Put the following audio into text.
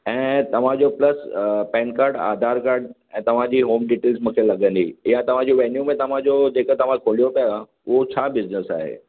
ऐं तव्हांजो plus PAN काडु आधार काडु ऐं तव्हांजी होम डिटेल्स मूंखे लॻंदी या तव्हांजी वैन्यू में तव्हांजो जेके तव्हां खोलियो पिया उहो छा बिज़नस आहे